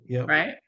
Right